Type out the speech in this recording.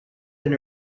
been